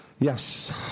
yes